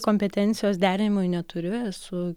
kompetencijos derinimui neturiu esu